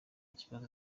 kibazo